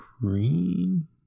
Green